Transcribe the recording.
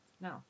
No